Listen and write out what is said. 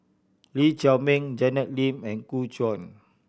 Lee Chiaw Meng Janet Lim and Gu Juan